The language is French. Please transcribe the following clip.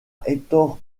hector